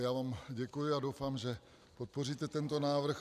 Já vám děkuji a doufám, že podpoříte tento návrh.